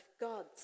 God's